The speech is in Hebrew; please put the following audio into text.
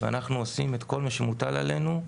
ואנחנו עושים את כל המוטל עלינו,